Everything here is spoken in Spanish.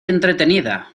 entretenida